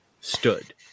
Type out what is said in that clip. stood